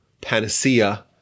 panacea